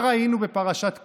מה ראינו בפרשת קרח?